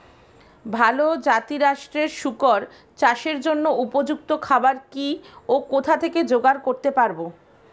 ভালো জাতিরাষ্ট্রের শুকর চাষের জন্য উপযুক্ত খাবার কি ও কোথা থেকে জোগাড় করতে পারব?